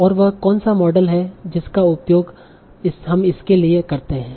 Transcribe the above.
और वह कौन सा मॉडल है जिसका उपयोग हम इसके लिए करते हैं